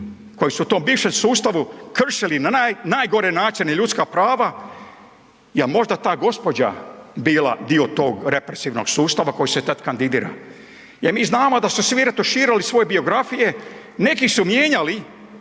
koji su u tom bivšem sustavu kršili na najgore načine ljudska prava, jel' možda ta gospođa bila dio tog represivnog sustava koji se tad kandidira? Jer mi znamo da su svi retuširali svoje biografije, neki su mijenjali,